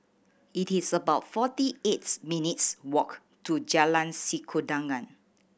it is about forty eights minutes' walk to Jalan Sikudangan